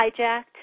hijacked